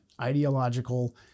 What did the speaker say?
ideological